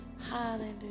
Hallelujah